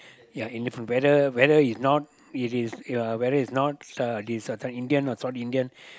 ya in different whether whether is not it is uh whether is not uh this certain Indian or South Indian